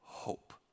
hope